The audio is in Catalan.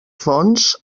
fonts